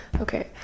Okay